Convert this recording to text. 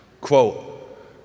Quote